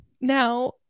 now